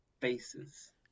faces